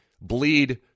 bleed